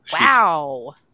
Wow